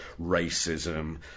racism